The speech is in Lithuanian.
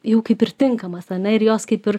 jau kaip ir tinkamas ane ir jos kaip ir